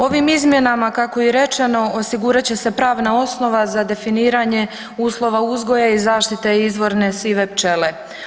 Ovim izmjenama kako je i rečeno, osigurat će se pravna osnova za definiranje uslova uzgoja i zaštite izvorne sive pčele.